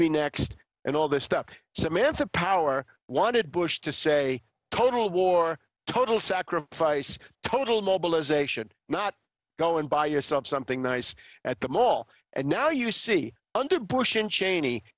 be next and all this stuff samantha power wanted bush to say total war total sacrifice total mobilization not go and buy yourself something nice at the mall and now you see under bush and cheney